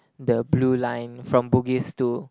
the blue line from Bugis to